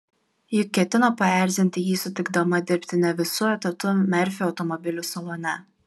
juk ketino paerzinti jį sutikdama dirbti ne visu etatu merfio automobilių salone